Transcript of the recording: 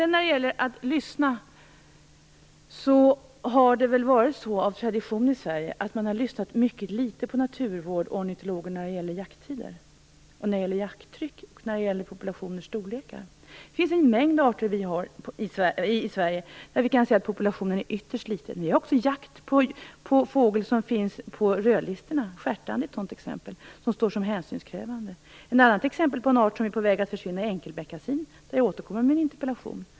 Av tradition har det väl varit så i Sverige att man har lyssnat väldigt litet på naturvårdare och ornitologer när det gäller jakttider, jakttryck och populationers storlek. Vi har en mängd arter i Sverige där populationen är ytterst liten. Vi har också jakt på fågel som finns på rödlistorna. Stjärtand är ett sådant exempel. Den står som hänsynskrävande. Ett annat exempel på en art som är på väg att försvinna är enkelbeckasin. Där återkommer jag med en interpellation.